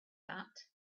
that